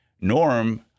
Norm